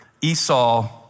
Esau